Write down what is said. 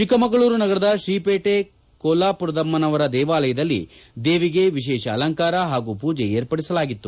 ಚಿಕ್ಕಮಗಳೂರು ನಗರದ ಶ್ರೀ ಪೇಟೆ ಕೊಲ್ಲಾಪುರದಮ್ಮನವರ ದೇವಾಲಯದಲ್ಲಿ ದೇವಿಗೆ ವಿಶೇಷ ಅಲಂಕಾರ ಹಾಗೂ ಪೂಜೆ ಏರ್ಪಡಿಸಲಾಗಿತ್ತು